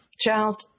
child